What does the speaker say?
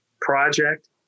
project